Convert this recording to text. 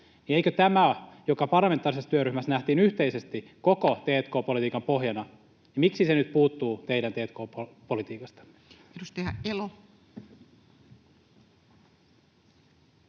Miksi tämä, joka parlamentaarisessa työryhmässä nähtiin yhteisesti koko t&k-politiikan pohjana, nyt puuttuu teidän t&k-politiikastanne?